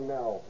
now